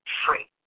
free